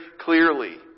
clearly